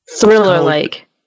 thriller-like